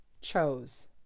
chose